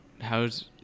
how's